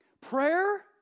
Prayer